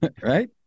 right